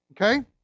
Okay